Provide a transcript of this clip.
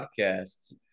podcast